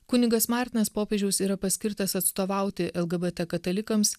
kunigas martinas popiežiaus yra paskirtas atstovauti lgbt katalikams